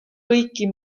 kõiki